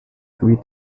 three